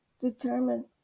determine